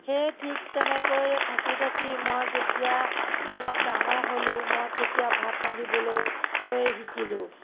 সেয়ে ঠিক তেনেকৈ থাকি থাকি মই যেতিয়া অলপ ডাঙৰ হ'লোঁ মই তেতিয়া ভাত ৰান্ধিবলৈ লৈ শিকিলোঁ